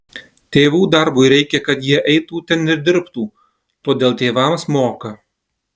tėvų darbui reikia kad jie eitų ten ir dirbtų todėl tėvams moka